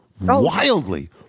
wildly